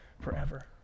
forever